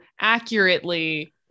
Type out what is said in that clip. accurately